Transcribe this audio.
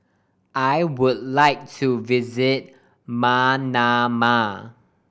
I would like to visit Manama